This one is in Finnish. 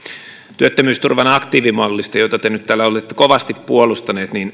työttömyysturvan aktiivimallista jota te nyt täällä olette kovasti puolustanut